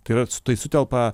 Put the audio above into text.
tai yrat tai sutelpa